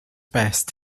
best